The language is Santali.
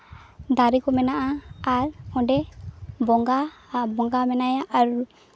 ᱫᱟᱨᱮ ᱠᱚ ᱢᱮᱱᱟᱜᱼᱟ ᱟᱨ ᱚᱸᱰᱮ ᱵᱚᱸᱜᱟ ᱵᱚᱸᱜᱟ ᱢᱮᱱᱟᱭᱟ ᱟᱨ